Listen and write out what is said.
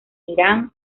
irán